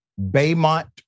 Baymont